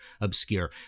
obscure